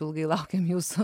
ilgai laukėm jūsų